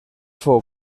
fou